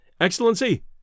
Excellency